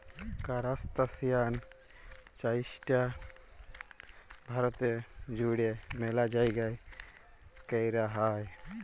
কারাস্তাসিয়ান চাইশটা ভারতে জুইড়ে ম্যালা জাইগাই কৈরা হই